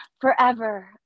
forever